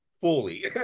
fully